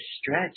stretch